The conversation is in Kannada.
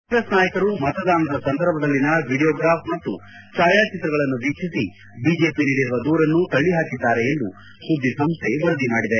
ಕಾಂಗ್ರೆಸ್ ನಾಯಕರು ಮತದಾನದ ಸಂದರ್ಭದಲ್ಲಿನ ವೀಡಿಯೋಗ್ರಾಫ್ ಮತ್ತು ಛಾಯಾಚಿತ್ರಗಳನ್ನು ವೀಕ್ಷಿಸಿ ಬಿಜೆಪಿ ನೀಡಿರುವ ದೂರನ್ನು ತಳ್ಳಹಾಕಿದ್ದಾರೆ ಎಂದು ಸುದ್ದಿಸಂಸ್ಹೆ ವರದಿ ಮಾಡಿದೆ